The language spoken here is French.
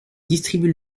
distribue